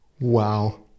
Wow